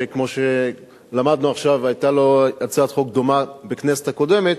שכמו שלמדנו עכשיו היתה לו הצעת חוק דומה בכנסת הקודמת.